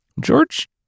George